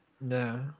No